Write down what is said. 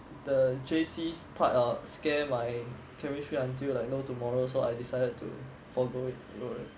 the J_C part hor scare my chemistry until like no tomorrow so I decided to forgo loan